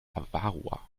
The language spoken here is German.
avarua